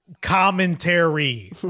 Commentary